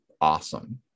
awesome